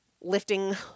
lifting